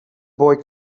boy